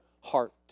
heart